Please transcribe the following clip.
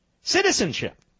Citizenship